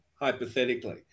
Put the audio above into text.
hypothetically